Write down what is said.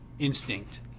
instinct